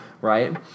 right